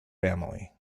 family